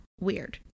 Weird